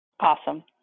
Awesome